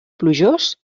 plujós